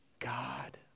God